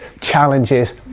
challenges